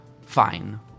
fine